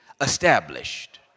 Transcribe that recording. established